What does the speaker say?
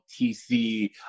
tc